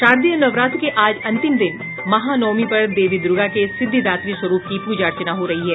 शारदीय नवरात्र के आज अंतिम दिन महानवमी पर देवी दूर्गा के सिद्धिदात्री स्वरूप की प्रजा अर्चना हो रही है